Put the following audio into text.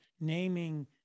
naming